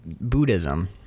Buddhism